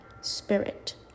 spirit